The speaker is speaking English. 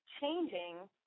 changing